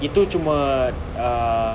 itu cuma uh